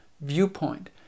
viewpoint